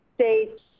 states